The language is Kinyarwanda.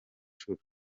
nshuro